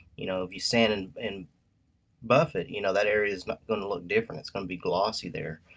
you know if you sand and and buff it, you know that area's gonna look different. it's gonna be glossy there.